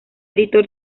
editor